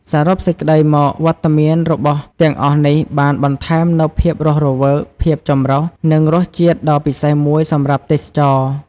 សរុបសេចក្តីមក វត្តមានរបស់ទាំងអស់នេះបានបន្ថែមនូវភាពរស់រវើក ភាពចម្រុះ និងរសជាតិដ៏ពិសេសមួយសម្រាប់ទេសចរ។